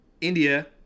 India